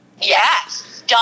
Yes